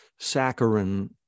saccharin